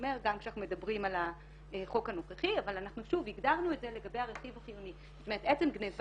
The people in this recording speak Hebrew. מדברים על נותן שירותים זר נתן מען,